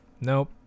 Nope